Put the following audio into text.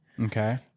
Okay